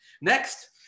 Next